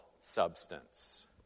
substance